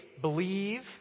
believe